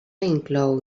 inclou